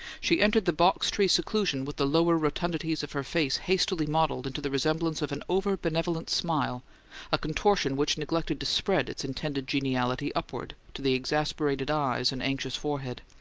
she entered the box-tree seclusion with the lower rotundities of her face hastily modelled into the resemblance of an over-benevolent smile a contortion which neglected to spread its intended geniality upward to the exasperated eyes and anxious forehead.